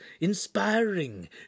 inspiring